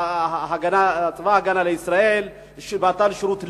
בשירות בצבא-הגנה לישראל, בשירות לאומי,